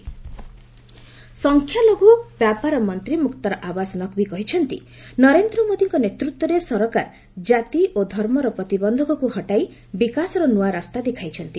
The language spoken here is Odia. ନକ୍ବି ସଂଖ୍ୟା ଲଘୁ ବ୍ୟାପାର ମନ୍ତ୍ରୀ ମୁକ୍ତାର ଆବାସ ନକ୍ବି କହିଛନ୍ତି ନରେନ୍ଦ୍ର ମୋଦିଙ୍କ ନେତୃତ୍ୱର ସରକାର ଜାତି ଓ ଧର୍ମର ପ୍ରତିବନ୍ଧକକୁ ହଟାଇ ବିକାଶର ନ୍ତଆ ରାସ୍ତା ଦେଖାଇଛନ୍ତି